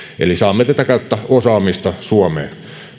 eli saamme tätä kautta osaamista suomeen